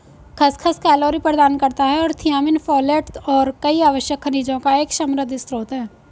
खसखस कैलोरी प्रदान करता है और थियामिन, फोलेट और कई आवश्यक खनिजों का एक समृद्ध स्रोत है